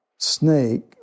snake